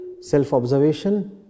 self-observation